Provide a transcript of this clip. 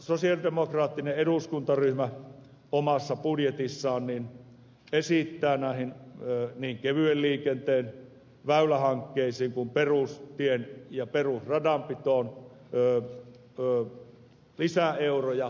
sosialidemokraattinen eduskuntaryhmä omassa budjetissaan esittää näihin niin kevyen liikenteen väylähankkeisiin kuin perustien ja perusradanpitoon lisää euroja